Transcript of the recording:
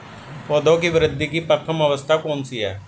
पौधों की वृद्धि की प्रथम अवस्था कौन सी है?